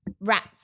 Rats